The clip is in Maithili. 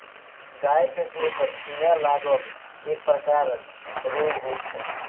गाय के देहपर कीड़ा लागब एक प्रकारक रोग होइत छै